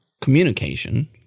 communication